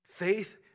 Faith